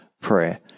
prayer